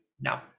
no